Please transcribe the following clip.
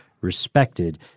respected